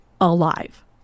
alive